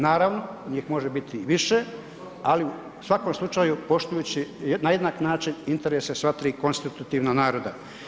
Naravno, njih može biti i više ali u svakom slučaju, poštujući na jedna način interese sva 3 konstitutivna naroda.